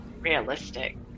realistic